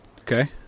Okay